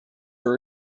are